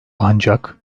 ancak